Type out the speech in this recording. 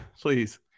Please